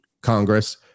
Congress